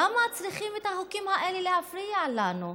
למה צריכים את החוקים האלה להפריע לנו?